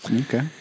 Okay